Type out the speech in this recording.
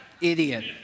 idiot